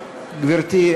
גברתי,